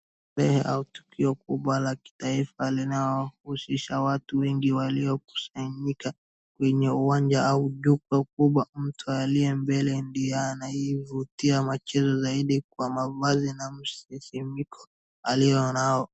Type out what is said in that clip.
Eneo au tukio kubwa la kitaifa linalohusisha watu wengi waliokusanyika kwenye uwanja au duka kubwa. Mtu aliye mbele ndiye anayevutia macho zaidi kwa mavazi na msisimiko alio nao.